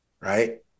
right